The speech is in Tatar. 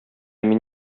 мин